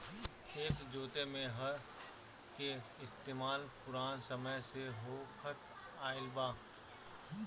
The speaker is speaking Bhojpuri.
खेत जोते में हर के इस्तेमाल पुरान समय से होखत आइल बा